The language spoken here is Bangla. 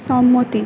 সম্মতি